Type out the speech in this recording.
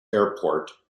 airport